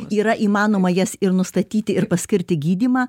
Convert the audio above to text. yra įmanoma jas ir nustatyti ir paskirti gydymą